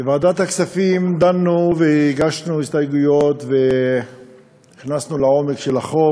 בוועדת הכספים דנו והגשנו הסתייגויות ונכנסנו לעומק של החוק,